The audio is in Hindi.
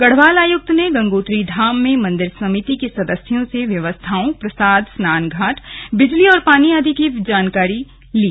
गढ़वाल आयुक्त ने गंगोत्री धाम में मंदिर समिति के सदस्यों से व्यवस्थाओं प्रसाद स्नानघाट बिजली पानी आदि की जानकारी ली